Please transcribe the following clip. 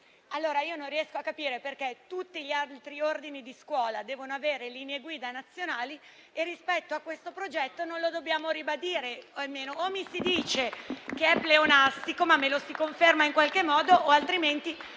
nazionali. Io non riesco a capire perché tutti gli altri ordini di scuola devono avere linee guida nazionali e, rispetto a questo progetto, non lo dobbiamo ribadire. O mi si dice che è pleonastico, ma me lo si conferma in qualche modo; altrimenti